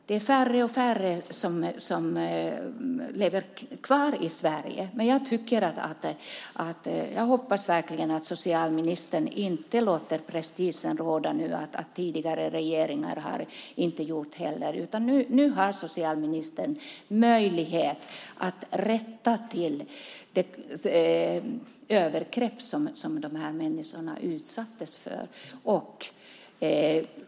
Det är färre och färre i Sverige som lever kvar. Men jag hoppas verkligen att socialministern inte låter prestigen råda när det gäller att tidigare regeringar inte heller har gjort det. Nu har socialministern möjlighet att rätta till det övergrepp som de här människorna utsattes för.